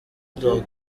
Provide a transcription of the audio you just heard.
dogg